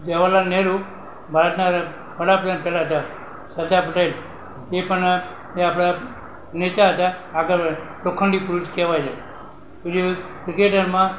જવાહર લાલ નહેરુ ભારતના વડાપ્રધાન પહેલાં હતા સરદાર પટેલ એ પણ એ આપણા નેતા હતા આપણા લોખંડી પુરુષ કહેવાય છે પછી ક્રિકેટરમાં